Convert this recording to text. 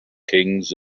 kings